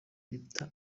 peter